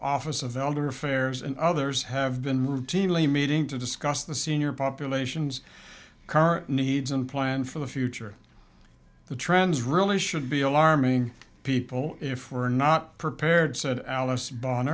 office of elder affairs and others have been routinely meeting to discuss the senior populations current needs and plan for the future the trends really should be alarming people if we are not prepared said alice bon